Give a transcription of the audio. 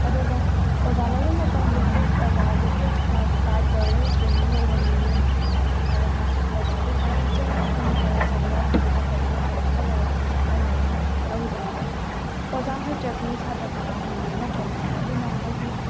ꯑꯗꯨꯒ ꯑꯣꯖꯥ ꯂꯧꯕ ꯃꯇꯝꯗꯁꯨ ꯑꯣꯖꯥꯁꯦ ꯑꯦ ꯃꯥꯁꯦ ꯗꯥꯏꯠ ꯂꯣꯏꯔꯦ ꯇ꯭ꯔꯦꯅꯤꯡ ꯂꯣꯏꯔꯕ ꯃꯤꯅꯤ ꯃꯥꯁꯦ ꯍꯥꯏꯔꯒ ꯑꯣꯖꯥꯁꯦ ꯐꯖꯅ ꯑꯩꯈꯣꯏꯅ ꯀꯔꯞꯁꯟ ꯌꯥꯎꯗꯕꯤꯗ ꯐꯖꯅ ꯇ꯭ꯔꯦꯅꯤꯡꯒ ꯂꯣꯏꯔꯒ ꯑꯦꯛꯖꯥꯝꯒ ꯂꯣꯏꯔꯒ ꯂꯧꯕꯤꯕ ꯍꯥꯏꯗꯤ ꯑꯣꯖꯥ ꯍꯩꯇ꯭ꯔꯗꯤ ꯁꯥꯇ꯭ꯔꯥ ꯀꯃꯥꯏꯅ ꯍꯩꯅꯤ ꯅꯠꯇ꯭ꯔꯅꯦ ꯑꯗꯨꯅ ꯍꯥꯏꯗꯤ